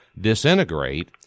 disintegrate